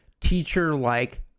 teacher-like